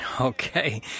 Okay